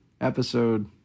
episode